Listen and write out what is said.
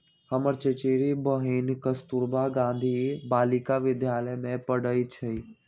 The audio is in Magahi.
हमर चचेरी बहिन कस्तूरबा गांधी बालिका विद्यालय में पढ़इ छइ